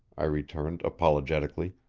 i returned apologetically.